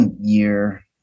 year